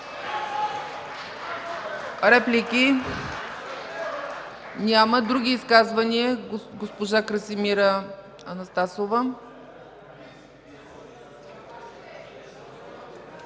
Реплики? Няма. Други изказвания? Госпожа Красимира Анастасова.